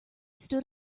stood